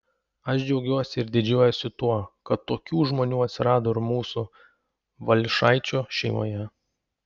aš džiaugiuosi ir didžiuojuosi tuo kad tokių žmonių atsirado ir mūsų valiušaičių šeimoje